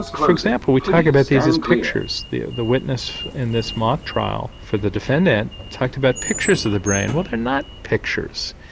for example we talk about these as pictures, the the witness in this mock trial for the defendant talked about pictures of the brain. well they're not pictures,